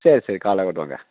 சரி சரி காலையில் கொண்டு வாங்க